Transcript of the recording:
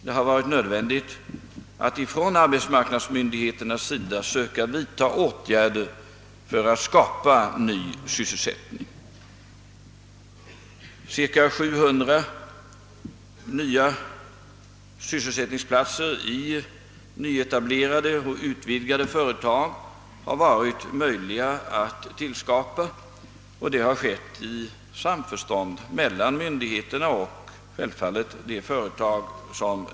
Det har varit nödvändigt för arbetsmarknadsmyndigheterna att söka vidta åtgärder för att skapa ny sysselsättning. Cirka 700 nya arbetsplatser i nyetablerade och utvidgade företag har kunnat tillskapas i samförstånd mellan myndigheterna och berörda företag.